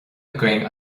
againn